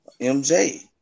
MJ